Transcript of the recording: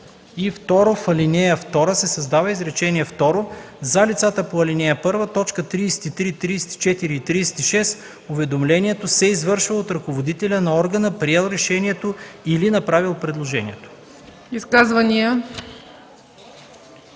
т. 40. 2. В ал. 2 се създава изречение второ: „За лицата по ал. 1, т. 33, 34 и 36 уведомлението се извършва от ръководителя на органа, приел решението или направил предложението.”.”